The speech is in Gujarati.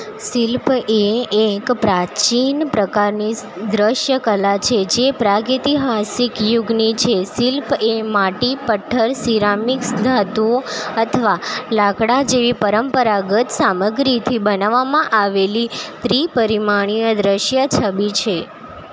શિલ્પ એ એક પ્રાચીન પ્રકારની દ્રશ્ય કલા છે જે પ્રાગૈતિહાસિક યુગની છે શિલ્પ એ માટી પથ્થર સિરામિક્સ ધાતુઓ અથવા લાકડા જેવી પરંપરાગત સામગ્રીથી બનાવામાં આવેલી ત્રિ પરિમાણીય દ્રશ્ય છબી છે